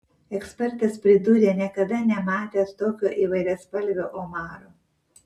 ekspertas pridūrė niekada nematęs tokio įvairiaspalvio omaro